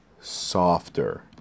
softer